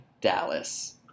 Dallas